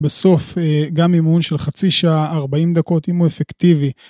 בסוף גם אימון של חצי שעה, 40 דקות אם הוא אפקטיבי.